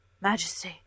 Majesty